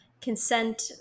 consent